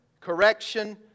correction